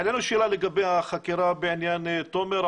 העלינו שאלה לגבי החקירה בעניין תומר.